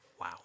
Wow